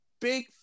big